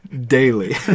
daily